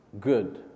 good